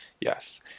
Yes